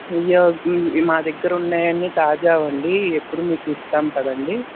అయ్యో మా దగ్గర ఉండేవన్నీ తాజావండీ ఎప్పుడు మీకు ఇస్తాం కదండి